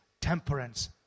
temperance